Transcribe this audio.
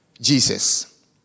Jesus